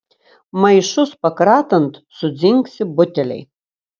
maišus pakratant sudzingsi buteliai